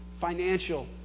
Financial